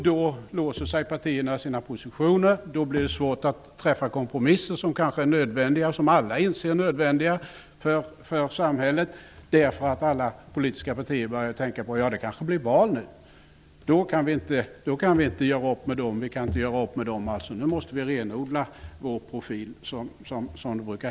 Då låser sig partierna i sina positioner, och då blir det svårt att träffa kompromisser, som alla egentligen anser är nödvändiga för samhället. Alla politiska partier börjar tänka på att det kanske blir val och att de därför inte kan göra upp med andra partier utan måste renodla sin profil.